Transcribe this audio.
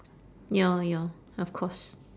ya ya of course